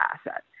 asset